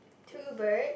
two birds